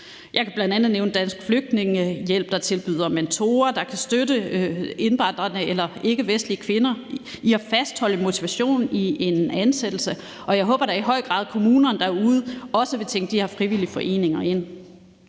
Jeg kan tage bl.a. nævne Dansk Flygtningehjælp, der tilbyder mentorer, der kan støtte indvandrere eller ikkevestlige kvinder i at fastholde motivationen i en ansættelse, og jeg håber da i høj grad, at kommunerne derude også vil tænke de her frivillige foreninger ind.